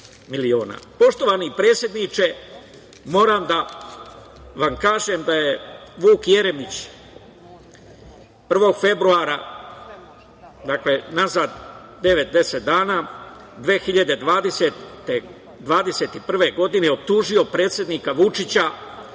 miliona. Poštovani predsedniče, moram da vam kažem da je Vuk Jeremić 1. februara, dakle unazad devet, deset dana 2021. godine optužio predsednika Vučića